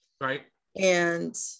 right—and